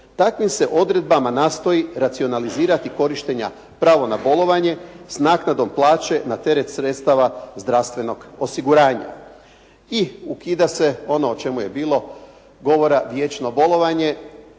Takvim se odredbama nastoji racionalizirati korištenja pravo na bolovanje s naknadom plaće na teret sredstava zdravstvenog osiguranja. I ukida se ono o čemu je bilo govora vječno bolovanje,